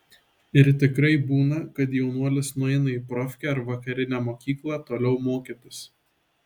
ir tikrai būna kad jaunuolis nueina į profkę ar vakarinę mokyklą toliau mokytis